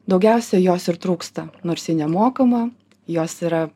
daugiausia jos ir trūksta nors ji nemokama jos yra